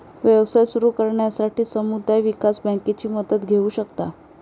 व्यवसाय सुरू करण्यासाठी समुदाय विकास बँकेची मदत घेऊ शकता